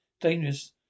Dangerous